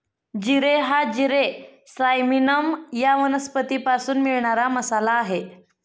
जिरे हा जिरे सायमिनम या वनस्पतीपासून मिळणारा मसाला आहे